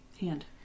hand